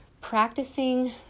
practicing